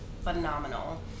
phenomenal